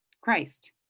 Christ